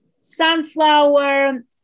Sunflower